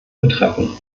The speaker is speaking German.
betreffen